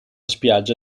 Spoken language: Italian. spiaggia